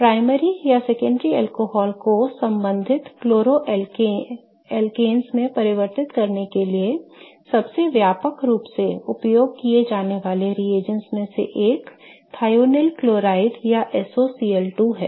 प्राथमिक या द्वितीयक अल्कोहल को संबंधित क्लोरो अल्केन्स में परिवर्तित करने के लिए सबसे व्यापक रूप से उपयोग किए जाने वाले reagents में से एक थियोनाइल क्लोराइड या SOCl2 है